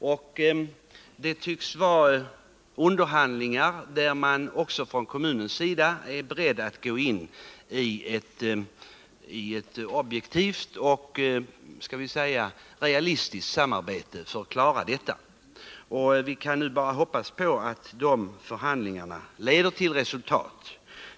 Vid underhandlingarna har det kommit fram att man även från kommunens sida är beredd att gå in i ett objektivt och realistiskt samarbete för att klara detta. Vi kan nu bara hoppas att dessa förhandlingar leder till resultat.